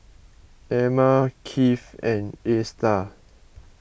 Ema Kiv and Astar